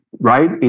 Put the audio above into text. Right